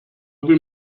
will